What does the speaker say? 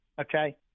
Okay